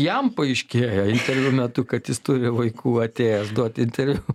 jam paaiškėja interviu metu kad jis turi vaikų atėjęs duot interviu